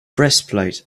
breastplate